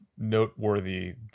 noteworthy